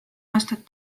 aastat